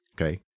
Okay